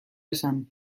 esan